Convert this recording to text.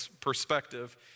perspective